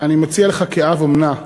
אני מציע לך, כאב אומנה,